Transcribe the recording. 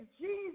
Jesus